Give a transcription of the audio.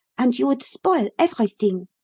and you would spoil everything!